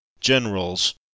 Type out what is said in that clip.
generals